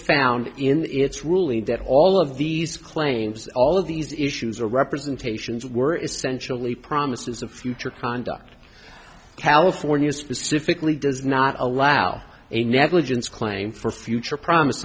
found in its ruling that all of these claims all of these issues are representations were essentially promises of future conduct california specifically does not allow a negligence claim for future